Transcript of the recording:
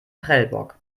prellbock